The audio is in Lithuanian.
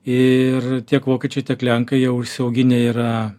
ir tiek vokiečiai tiek lenkai jau užsiauginę yra